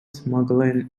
smuggling